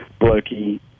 blokey